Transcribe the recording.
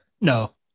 No